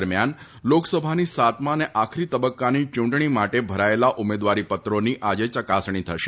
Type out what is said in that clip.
દરમિયાન લોકસભાની સાતમા અને આખરી તબક્કાની ચૂંટણી માટે ભરાયેલા ઉમેદવારીપત્રોની આજે ચકાસણી થશે